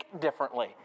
differently